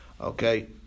Okay